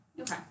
Okay